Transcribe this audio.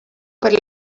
per